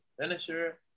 finisher